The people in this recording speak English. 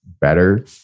better